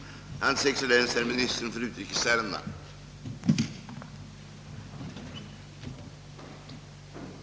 Jag vidhåller den.